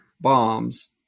bombs